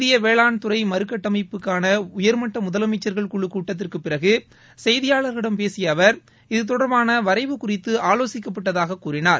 இந்திய வேளாண் துறை மறுகட்டமைப்புக்கான உயர்மட்ட முதலமைச்சர்கள் குழு கூட்டத்திற்குப் பிறகு செய்தியாளர்களிடம் பேசிய அவர் இதுதொடர்பான வரைவு குறித்து ஆவோசிக்கப்பட்டதாக கூறினார்